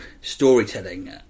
storytelling